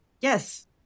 Yes